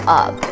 up